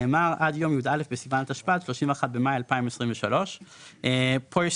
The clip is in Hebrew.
נאמר "עד יום י"א בסיוון התשפ"ד (31 במאי 2023)". פה יש